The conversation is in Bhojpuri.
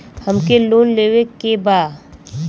हमके लोन लेवे के बा?